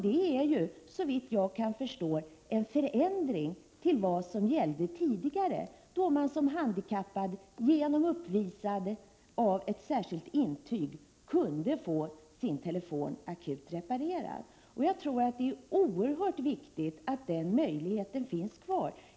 Det är, såvitt jag kan förstå, en förändring till vad som gällde tidigare, då en handikappad genom uppvisande av ett särskilt intyg kunde få sin telefon akut-reparerad. Det är oerhört viktigt att den möjligheten finns kvar.